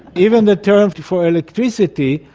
even the term for electricity,